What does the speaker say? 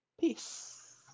Peace